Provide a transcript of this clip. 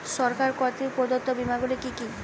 সরকার কর্তৃক প্রদত্ত বিমা গুলি কি কি?